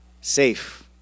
safe